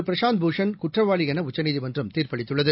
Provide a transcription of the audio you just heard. பிரசாந்த் பூஷன் குற்றவாளிஎனஉச்சநீதிமன்றம் தீர்ப்பளித்துள்ளது